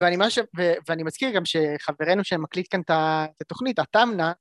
ואני מזכיר גם שחברנו שמקליט כאן את התוכנית, הטמנה...